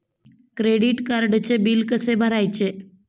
Credit कार्डचे bill कसे भरायचे?